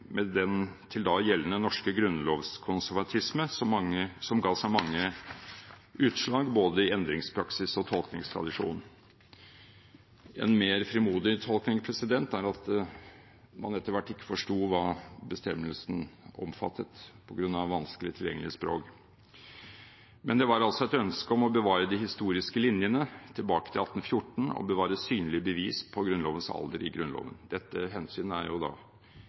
med den til da gjeldende norske grunnlovskonservatismen som ga seg mange utslag, i både endringspraksis og tolkningstradisjon. En mer frimodig tolkning er at man etter hvert ikke forsto hva bestemmelsen omfattet, på grunn av vanskelig tilgjengelig språk. Men det var altså et ønske om å bevare de historiske linjene tilbake til 1814 og bevare synlige bevis på Grunnlovens alder i Grunnloven. Dette hensynet er